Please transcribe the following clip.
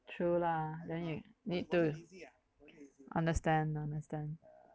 true lah then you need to understand understand